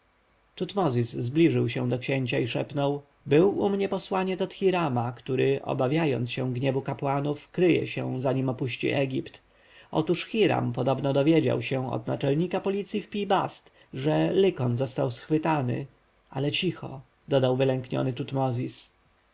tutmozis zbliżył się do księcia i szepnął był u mnie posłaniec od hirama który obawiając się gniewu kapłanów kryje się zanim opuści egipt otóż hiram podobno dowiedział się od naczelnika policji w pi-bast że lykon został schwytany ale cicho dodał wylękniony tutmozis